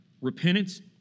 Repentance